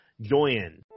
join